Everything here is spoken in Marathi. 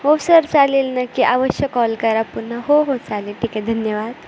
हो सर चालेल नक्की अवश्य कॉल करा पुन्हा हो हो चालेल ठीक आहे धन्यवाद